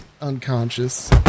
unconscious